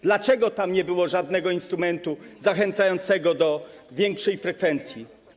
Dlaczego tam nie było żadnego instrumentu zachęcającego do większej frekwencji?